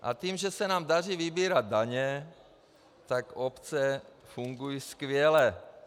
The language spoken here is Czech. A tím, že se nám daří vybírat daně, tak obce fungují skvěle.